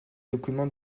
documents